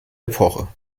epoche